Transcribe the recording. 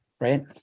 right